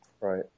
right